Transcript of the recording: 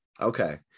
Okay